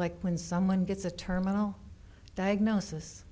like when someone gets a terminal diagnosis